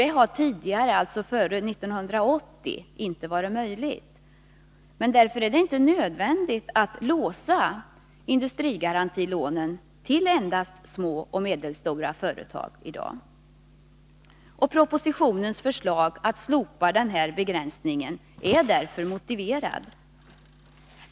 Det har tidigare, före 1980, inte varit möjligt, och därför är det inte nödvändigt att låsa industrigarantilånen till endast små och medelstora företag. Propositionens förslag att slopa den här begränsningen är därför motiverad.